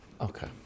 Okay